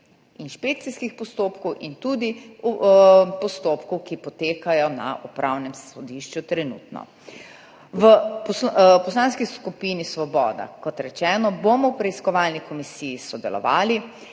inšpekcijskih postopkov in tudi postopkov, ki trenutno potekajo na Upravnem sodišču. V Poslanski skupini Svoboda, kot rečeno, bomo v preiskovalni komisiji sodelovali